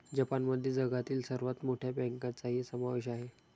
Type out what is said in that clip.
जपानमध्ये जगातील सर्वात मोठ्या बँकांचाही समावेश आहे